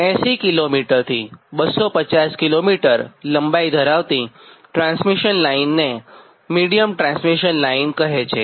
80 કિલોમીટરથી 250 કિલોમીટર લંબાઇ ધરાવતી ટ્રાન્સમિશન લાઇનને મિડીયમ ટ્રાન્સમિશન લાઇન કહે છે